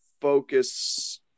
focus